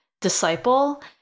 disciple